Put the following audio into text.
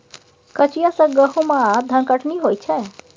कचिया सँ गहुम आ धनकटनी होइ छै